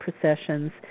processions